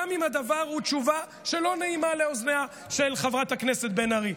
גם אם הדבר הוא תשובה שלא נעימה לאוזניה של חברת הכנסת בן ארי.